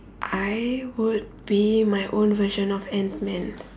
I would be my own version of ant man